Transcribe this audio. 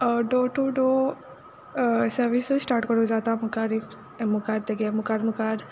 door to door सर्वीसूय start कोरूं जाता मुखार मुखार तेगे मुखार मुखार